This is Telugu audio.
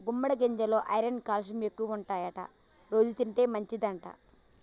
గుమ్మడి గింజెలల్లో ఐరన్ క్యాల్షియం ఎక్కువుంటాయట రోజు తింటే మంచిదంట